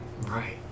Right